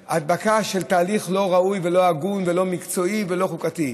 מדבקה של תהליך לא ראוי ולא הגון ולא מקצועי לא חוקתי.